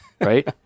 right